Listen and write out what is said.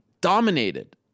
dominated